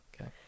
Okay